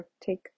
take